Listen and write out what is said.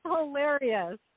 hilarious